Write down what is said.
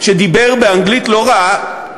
שדיבר באנגלית לא רעה,